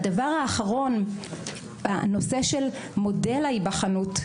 הדבר האחרון: הנושא של מודל ההיבחנות.